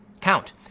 count